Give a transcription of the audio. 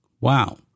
Wow